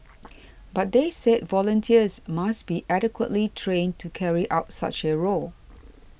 but they said volunteers must be adequately trained carry out such a role